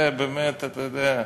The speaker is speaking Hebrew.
זה, באמת, אתה יודע,